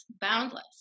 boundless